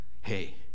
hey